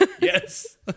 Yes